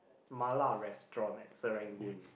Mala restaurant at Serangoon